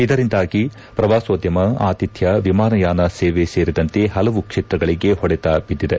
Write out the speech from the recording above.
ಇದರಿಂದಾಗಿ ಪ್ರವಾಸೋದ್ಯಮ ಆತಿಥ್ಯ ವಿಮಾನಯಾನ ಸೇವೆ ಸೇರಿದಂತೆ ಹಲವು ಕ್ಷೇತ್ರಗಳಿಗೆ ಹೊಡೆತ ಬಿದ್ದಿದೆ